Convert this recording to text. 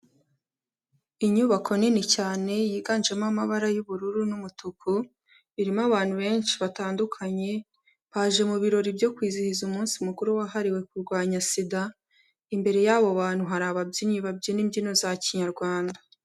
Inyubako nini cyane yiganjemo amabara y'ubururu n'umutuku, irimo abantu benshi batandukanye, baje mu birori byo kwizihiza umunsi mukuru wahariwe kurwanya Sida, imbere y'abo bantu hari ababyinnyi babyina imbyino za kinyarwanda.